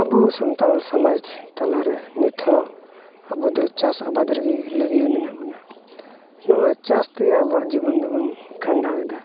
ᱟᱵᱚ ᱥᱟᱱᱛᱟᱲ ᱥᱚᱢᱟᱡᱽ ᱛᱟᱞᱟ ᱨᱮ ᱱᱤᱛ ᱦᱚᱸ ᱟᱵᱚ ᱫᱚ ᱪᱟᱥ ᱟᱵᱟᱫ ᱨᱮᱜᱮ ᱞᱟᱹᱭᱟᱹᱜ ᱢᱮᱱᱟᱜ ᱵᱚᱱᱟ ᱱᱚᱣᱟ ᱪᱟᱥᱛᱮ ᱟᱵᱚᱣᱟᱜ ᱡᱤᱵᱚᱱ ᱫᱚᱵᱚᱱ ᱠᱷᱰᱟᱣᱮᱫᱟ